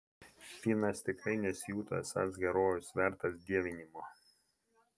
finas tikrai nesijuto esąs herojus vertas dievinimo